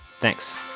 Thanks